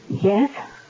Yes